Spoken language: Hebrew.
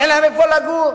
אין להם איפה לגור,